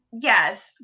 Yes